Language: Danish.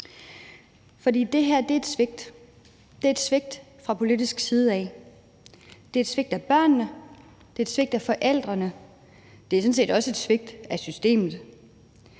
For det her er et svigt; det er et svigt fra politisk side af. Det er et svigt af børnene, det er et svigt af forældrene, det er sådan set også et svigt af systemet.